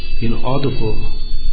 inaudible